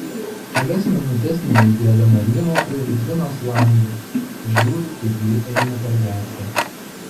kelias minutes nejudėdama rymau prie vitrinos lango žiūriu kaip ji eina per gatvę